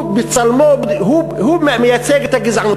הוא בצלמו, הוא מייצג את הגזענות.